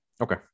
okay